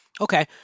Okay